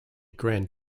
grand